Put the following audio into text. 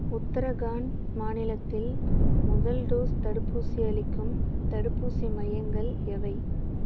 உத்தரகாண்ட் மாநிலத்தில் முதல் டோஸ் தடுப்பூசி அளிக்கும் தடுப்பூசி மையங்கள் எவை